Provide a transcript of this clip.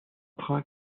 trains